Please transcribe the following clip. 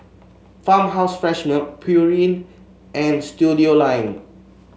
Farmhouse Fresh Milk Pureen and Studioline